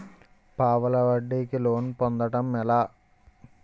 పావలా వడ్డీ కి లోన్ పొందటం ఎలా?